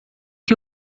que